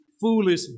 foolish